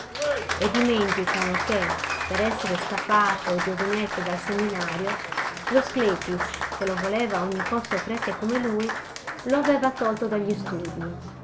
e dimenticano che per esser scappato giovinetto dal seminario lo sclepis che lo voleva a ogni costo prete come lui lo aveva tolto dagli studii